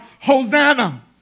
Hosanna